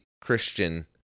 Christian